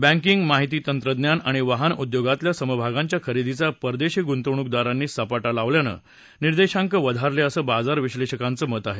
banking माहिती तंत्रज्ञान आणि वाहन उद्योगातल्या समभागांच्या खरेदीचा परदेशी गुंतवणूकदारांनी सपाटा लावल्यानं निर्देशांक वधारले असं बाजार विश्लेषकांचं मत आहे